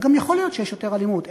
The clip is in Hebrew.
וגם יכול להיות שיש יותר אלימות.